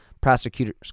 Prosecutors